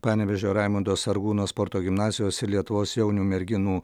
panevėžio raimundo sargūno sporto gimnazijos ir lietuvos jaunių merginų